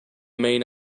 main